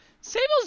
Sable's